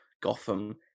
Gotham